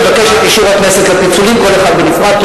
אני מבקש את אישור הכנסת לפיצולים, כל אחד בנפרד.